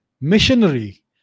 missionary